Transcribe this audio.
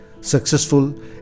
Successful